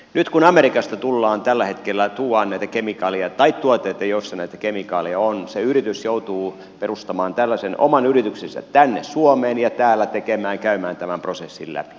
nyt kun amerikasta tällä hetkellä tuodaan näitä kemikaaleja tai tuotteita joissa näitä kemikaaleja on se yritys joutuu perustamaan tällaisen oman yrityksensä tänne suomeen ja täällä käymään tämän prosessin läpi